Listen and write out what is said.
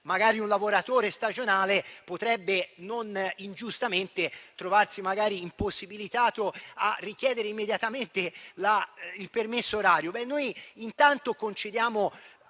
mesi, un lavoratore stagionale potrebbe non ingiustamente trovarsi impossibilitato a richiedere immediatamente il permesso orario.